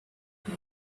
the